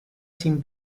sin